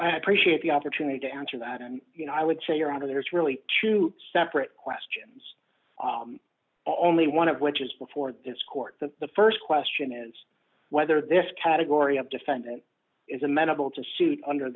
i appreciate the opportunity to answer that and you know i would change around there's really two separate questions on the one of which is before this court that the st question is whether this category of defendant is amenable to shoot under